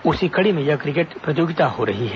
उसी कड़ी में यह क्रिकेट प्रतियोगिता हो रही है